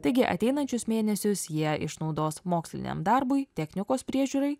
taigi ateinančius mėnesius jie išnaudos moksliniam darbui technikos priežiūrai